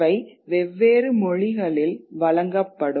அவை வெவ்வேறு மொழிகளில் வழங்கப்படும்